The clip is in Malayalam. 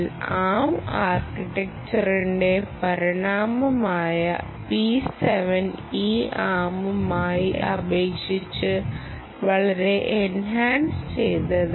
ആം ആർക്കിടെക്ച്ചറിന്റെ പരിണാമമായ V7E ആമുമായി അപേക്ഷിച്ച് വളരെ എൻഹാൻസ് ചെയ്തതാണ്